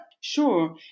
Sure